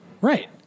right